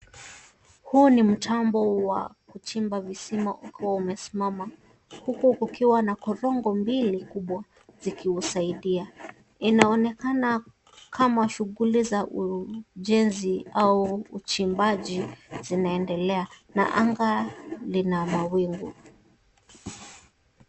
Huu ni mtambo wa kuchimba visima ukiwa umesimama, huku kukiwa na korongo mbili kubwa zikiusaidia. Inaonekana kama shughuli za ujenzi au uchimbaji zinaendelea na anga lina mawingu.